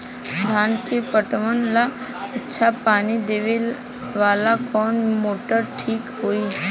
धान के पटवन ला अच्छा पानी देवे वाला कवन मोटर ठीक होई?